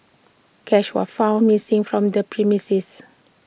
cash were found missing from the premises